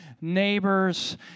neighbors